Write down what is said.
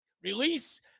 release